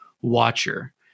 watcher